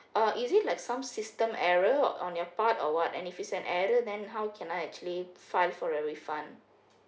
uh is it like some system error on your part or what and if it's an error than how can I actually file for the refund